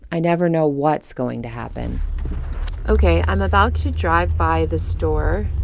i never know what's going to happen ok. i'm about to drive by the store